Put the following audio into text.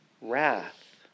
wrath